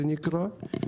ככה זה נקרא.